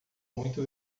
muito